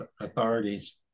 authorities